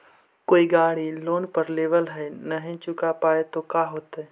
कोई गाड़ी लोन पर लेबल है नही चुका पाए तो का होतई?